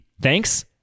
Thanks